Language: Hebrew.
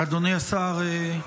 אדוני השר,